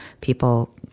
people